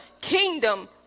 kingdom